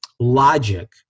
Logic